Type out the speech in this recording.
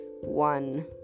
one